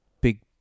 big